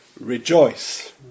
rejoice